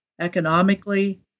economically